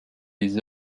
les